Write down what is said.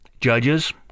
Judges